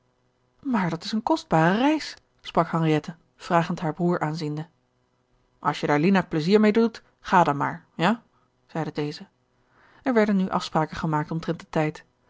maar dat is een kostbare reis sprak henriette vragend haar broer aanziende als je daar lina pleizier mede doet ga dan maar ja zeide deze er werden nu afspraken gemaakt omtrent den tijd